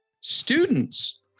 Students